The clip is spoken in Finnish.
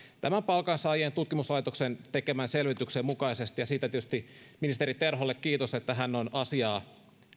palkansaajien tutkimuslaitoksen tekemän selvityksen mukaisesti ja siitä tietysti ministeri terholle kiitos että hän on asiaa